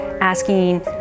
asking